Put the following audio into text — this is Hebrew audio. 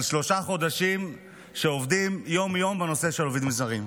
על שלושה חודשים שבהם עובדים יום-יום בנושא של עובדים זרים.